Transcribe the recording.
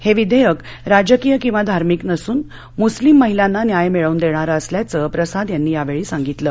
ह बिधाकि राजकीय किंवा धार्मिक नसून मुस्लिम महिलांना न्याय मिळवून दक्षिरं असल्याचं प्रसाद यांनी यावछी सांगितलं